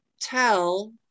tell